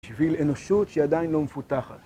בשביל אנושות שעדיין לא מפותחת